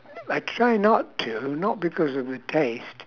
I try not to not because of the taste